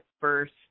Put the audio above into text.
first